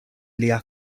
lia